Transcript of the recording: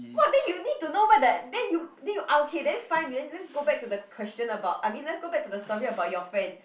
what then you need to know meh that then you then you ah okay then fine then let's go back to the question about I mean let's go back to the story about your friend